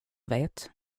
vet